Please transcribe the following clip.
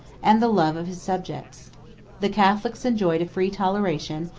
and the love of his subjects the catholics enjoyed a free toleration,